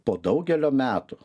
po daugelio metų